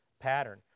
pattern